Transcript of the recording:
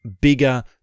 bigger